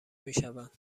میشوند